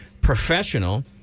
professional